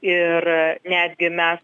ir netgi mes